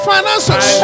finances